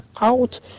out